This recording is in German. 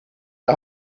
der